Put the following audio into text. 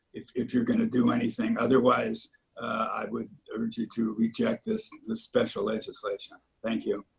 if if you're going to do anything. otherwise i would urge you to reject this this special legislation. thank you.